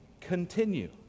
continue